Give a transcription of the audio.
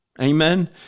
Amen